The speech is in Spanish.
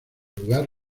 lugar